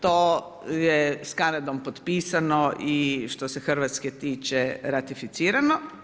To je s Kanadom potpisano i što se Hrvatske tiče ratificirano.